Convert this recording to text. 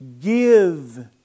give